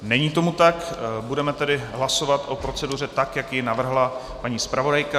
Není tomu tak, budeme tedy hlasovat o proceduře tak, jak ji navrhla paní zpravodajka.